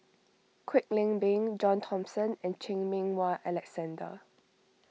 Kwek Leng Beng John Thomson and Chan Meng Wah Alexander